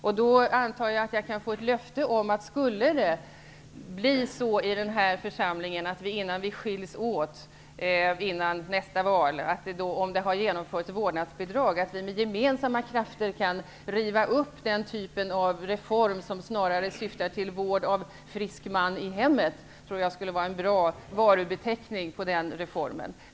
Jag antar att jag nu kan få ett löfte om att om ett vårdnadsbidrag har genomförts innan vi skiljs åt före nästa val, kan vi med gemensamma krafter riva upp den typen av reform, som snarast syftar till vård av frisk man i hemmet. Det tror jag skulle vara en bra varubeteckning på den reformen.